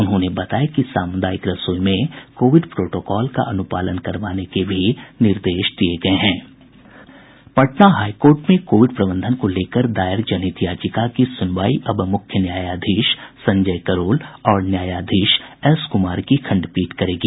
उन्होंने बताया कि सामुदायिक रसोई में कोविड प्रोटोकॉल का अनुपालन करवाने के भी निर्देश दिये गये हैं पटना हाईकोर्ट में कोविड प्रबंधन को लेकर दायर जनहित याचिका की सुनवाई अब मुख्य न्यायाधीश संजय करोल और न्यायाधीश एस कुमार की खंडपीठ करेगी